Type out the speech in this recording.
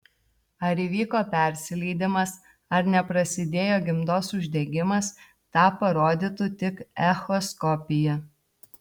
ar įvyko persileidimas ar neprasidėjo gimdos uždegimas tą parodytų tik echoskopija